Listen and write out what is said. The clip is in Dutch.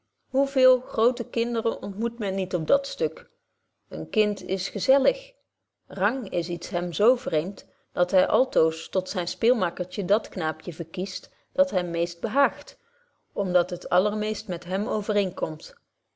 veel groote kinderen ontmoet men niet op dat stuk een kind is gezellig rang is iets hem zo vreemd dat hy altoos tot zyn speelmakkertje dat knaapje verkiest dat hem meest behaagt om dat het allermeest met hem